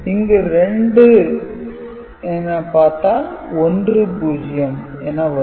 இங்கு 2 என பார்த்தால் 10 என வரும்